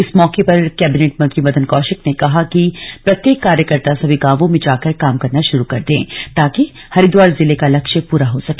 इस मौके पर कैबिनेट मंत्री मदन कौशिक ने कहा कि प्रत्येक कार्यकर्ता सभी गांवों में जाकर काम करना शुरू कर दें ताकि हरिद्वार जिले का लक्ष्य पूरा हो सके